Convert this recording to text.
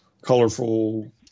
colorful